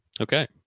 Okay